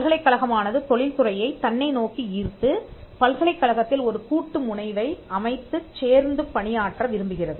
பல்கலைக்கழகமானது தொழில்துறையைத் தன்னை நோக்கி ஈர்த்துபல்கலைக்கழகத்தில் ஒரு கூட்டு முனைவை அமைத்துச் சேர்ந்து பணியாற்ற விரும்புகிறது